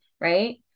right